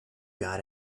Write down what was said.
got